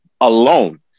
alone